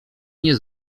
nie